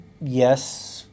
yes